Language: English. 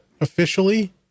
officially